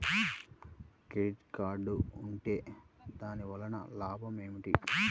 Debit card ఉంటే దాని వలన లాభం ఏమిటీ?